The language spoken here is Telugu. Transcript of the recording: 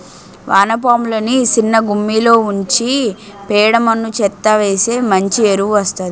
వానపాములని సిన్నగుమ్మిలో ఉంచి పేడ మన్ను చెత్తా వేస్తె మంచి ఎరువు వస్తాది